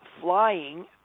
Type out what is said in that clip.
flying